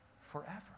forever